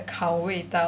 烤味道